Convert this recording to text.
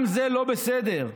זה לא בסדר,